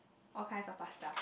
all kinds of pasta